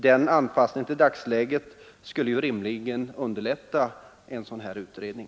Den anpassningen till dagsläget skulle ju rimligen underlätta en sådan här utredning.